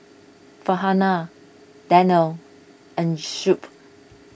Farhanah Danial and Shuib